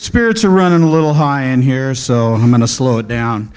spirits are running a little high in here so i'm going to slow down